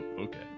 Okay